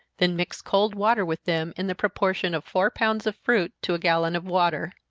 then mix cold water with them, in the proportion of four pounds of fruit to a gallon of water.